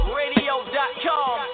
radio.com